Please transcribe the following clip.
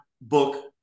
book